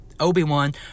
Obi-Wan